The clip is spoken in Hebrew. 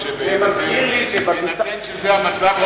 בהינתן שזה המצב,